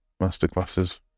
masterclasses